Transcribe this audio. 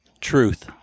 Truth